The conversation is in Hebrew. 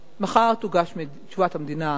מחר תוגש תשובת המדינה לבג"ץ.